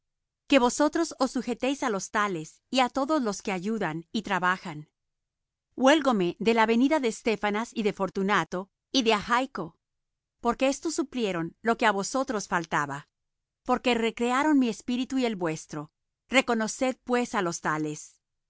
que vosotros os sujetéis á los tales y á todos los que ayudan y trabajan huélgome de la venida de estéfanas y de fortunato y de achico porque éstos suplieron lo que á vosotros faltaba porque recrearon mi espíritu y el vuestro reconoced pues á los tales